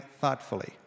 thoughtfully